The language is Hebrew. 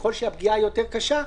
ככל שהפגיעה יותר קשה,